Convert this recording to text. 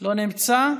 לא נמצא,